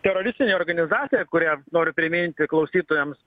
teroristinė organizacija kurią noriu priminti klausytojams